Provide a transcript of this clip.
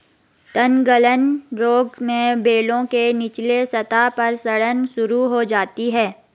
तनगलन रोग में बेलों के निचले सतह पर सड़न शुरू हो जाती है